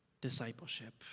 discipleship